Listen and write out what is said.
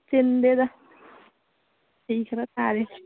ꯆꯤꯟꯗꯦꯗ ꯐꯤ ꯈꯔ ꯁꯥꯔꯤ